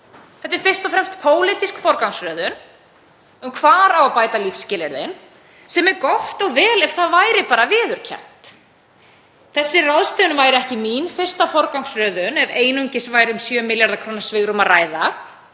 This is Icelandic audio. Þetta er fyrst og fremst pólitísk forgangsröðun um hvar á að bæta lífsskilyrðin, sem er gott og vel ef það væri bara viðurkennt. Þessi ráðstöfun væri ekki mín fyrsta forgangsröðun ef einungis væri um 7 milljarða kr. svigrúm að ræða,